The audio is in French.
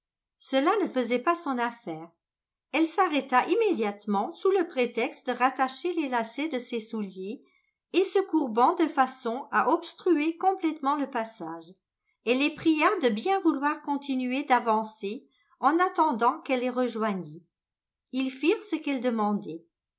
cela ne faisait pas son affaire elle s'arrêta immédiatement sous le prétexte de rattacher les lacets de ses souliers et se courbant de façon à obstruer complètement le passage elle les pria de bien vouloir continuer d'avancer en attendant qu'elle les rejoignît ils firent ce qu'elle demandait